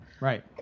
right